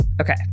Okay